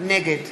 נגד